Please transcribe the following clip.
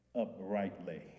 uprightly